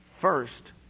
first